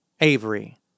Avery